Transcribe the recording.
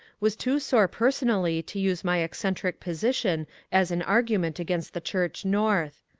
was too sore personally to use my eccentric position as an argument against the church north.